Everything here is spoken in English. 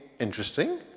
interesting